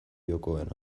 jokoena